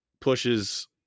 pushes